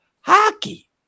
hockey